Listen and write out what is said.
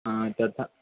तथा